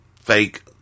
fake